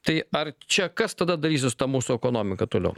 tai ar čia kas tada darysis su ta mūsų ekonomika toliau